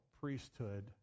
priesthood